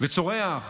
וצורח